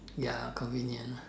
ya convenient